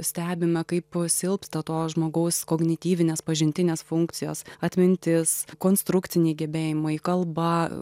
stebime kaip silpsta to žmogaus kognityvinės pažintinės funkcijos atmintis konstrukciniai gebėjimai kalba